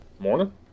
Morning